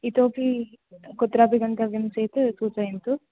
इतोपि कुत्रापि गन्तव्यं चेत् सूचयन्तु